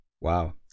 wow